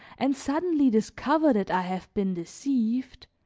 and suddenly discover that i have been deceived,